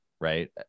Right